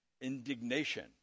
indignation